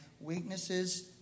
weaknesses